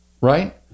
Right